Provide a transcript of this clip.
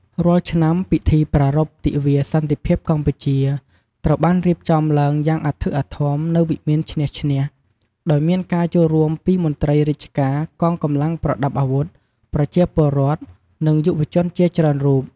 រាល់ឆ្នាំ ពិធីប្រារព្ធទិវាសន្តិភាពកម្ពុជា ត្រូវបានរៀបចំឡើងយ៉ាងអធិកអធម នៅវិមានឈ្នះ-ឈ្នះ ដោយមានការចូលរួមពីមន្ត្រីរាជការ កងកម្លាំងប្រដាប់អាវុធ ប្រជាពលរដ្ឋ និងយុវជនជាច្រើនរូប។